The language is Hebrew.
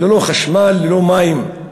ללא חשמל, ללא מים.